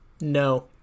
No